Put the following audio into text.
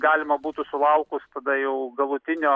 galima būtų sulaukus tada jau galutinio